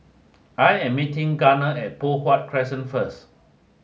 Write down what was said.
I am meeting Garner at Poh Huat Crescent first